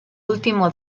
último